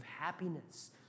happiness